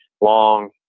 long